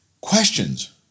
questions